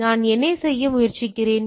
எனவே நான் என்ன செய்ய முயற்சிக்கிறேன்